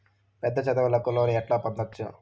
పెద్ద చదువులకు లోను ఎట్లా పొందొచ్చు